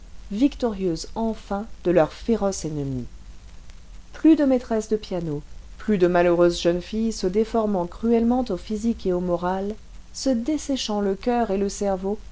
victorieuses enfin de leur féroce ennemi plus de maîtresses de piano plus de malheureuses jeunes filles se déformant cruellement au physique et au moral se desséchant le coeur et le cerveau